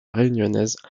réunionnaise